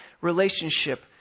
relationship